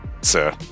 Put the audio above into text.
Sir